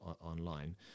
online